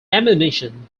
ammunition